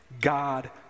God